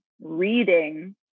reading